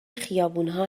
خیابونها